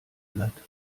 blatt